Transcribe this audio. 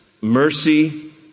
mercy